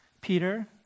Peter